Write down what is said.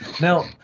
Now